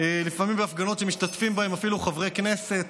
לפעמים בהפגנות שמשתתפים בהן אפילו חברי כנסת,